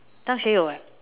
Zhang-Xue-You [what]